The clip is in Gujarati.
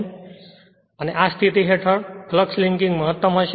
અને ફક્ત આ સ્થિતિ હેઠળ ફ્લક્સ લિંકિંગ મહત્તમ હશે